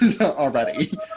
already